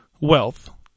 wealth